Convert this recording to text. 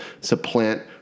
supplant